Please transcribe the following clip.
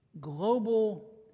global